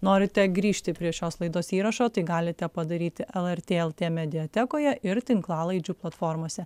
norite grįžti prie šios laidos įrašo tai galite padaryti lrt lt mediatekoje ir tinklalaidžių platformose